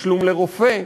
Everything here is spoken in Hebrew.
תשלום לרופא,